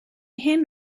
hyn